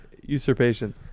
Usurpation